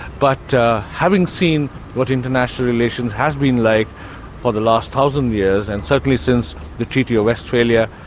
but having seen what international relations have been like for the last thousand years, and certainly since the treaty of westphalia,